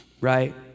right